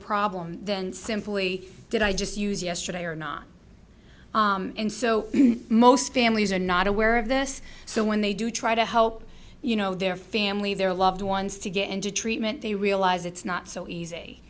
problem than simply did i just use yesterday or not and so most families are not aware of this so when they do try to help you know their family their loved ones to get into treatment they realize it's not so easy